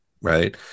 right